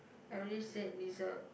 I already said lizard